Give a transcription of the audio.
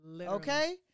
okay